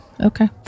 Okay